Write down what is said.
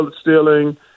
stealing